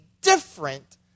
different